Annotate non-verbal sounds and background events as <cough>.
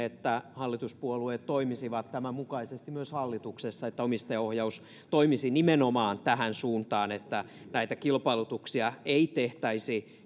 <unintelligible> että hallituspuolueet toimisivat tämän mukaisesti myös hallituksessa että omistajaohjaus toimisi nimenomaan tähän suuntaan että näitä kilpailutuksia ei tehtäisi <unintelligible>